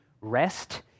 rest